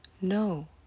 no